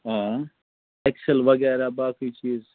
آ اٮ۪کسَل وغیرہ باقی چیٖز